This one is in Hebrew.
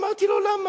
אמרתי לו: למה?